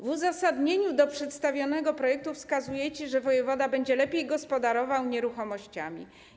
W uzasadnieniu do przedstawionego projektu wskazujecie, że wojewoda będzie lepiej gospodarował nieruchomościami.